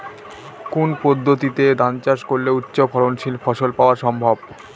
কোন পদ্ধতিতে ধান চাষ করলে উচ্চফলনশীল ফসল পাওয়া সম্ভব?